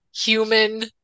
Human